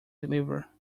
deliver